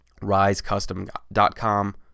risecustom.com